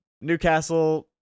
Newcastle